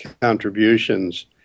contributions